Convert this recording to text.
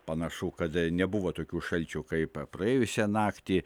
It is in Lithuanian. panašu kad nebuvo tokių šalčių kaip praėjusią naktį